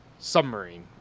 submarine